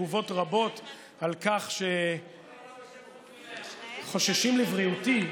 תגובות רבות על כך שחוששים לבריאותי,